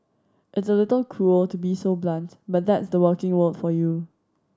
it's a little cruel to be so blunt but that's the working world for you